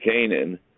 Canaan